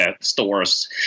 stores